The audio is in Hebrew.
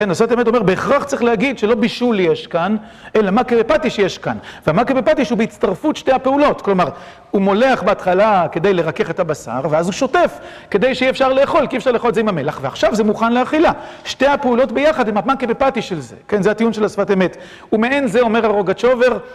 כן, השפת אמת אומר, בהכרח צריך להגיד שלא בישול יש כאן, אלא מכה בפטיש יש כאן. והמכה בפטיש הוא בהצטרפות שתי הפעולות. כלומר, הוא מולח בהתחלה כדי לרכך את הבשר, ואז הוא שוטף כדי שיהיה אפשר לאכול, כי אי אפשר לאכול את זה עם המלח, ועכשיו זה מוכן לאכילה. שתי הפעולות ביחד הם המכה בפטיש של זה. כן, זה הטיעון של השפת אמת. ומעין זה, אומר הרוגצ'ובר,